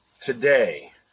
today